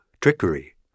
trickery